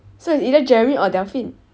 so it's either jeremy or delphine